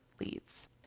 leads